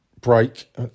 break